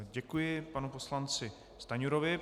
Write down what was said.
Děkuji panu poslanci Stanjurovi.